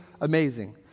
amazing